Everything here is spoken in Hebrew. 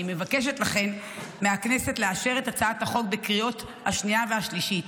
אני מבקשת מהכנסת לאשר את הצעת החוק בקריאות השנייה והשלישית.